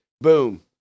boom